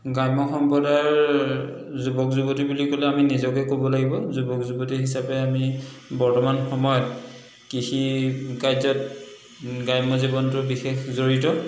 গ্ৰাম্য সম্প্ৰদায়ৰ যুৱক যুৱতী বুলি ক'লে আমি নিজকে ক'ব লাগিব যুৱক যুৱতী হিচাপে আমি বৰ্তমান সময়ত কৃষি কাৰ্যত গ্ৰাম্য জীৱনটোত বিশেষ জড়িত